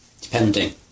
depending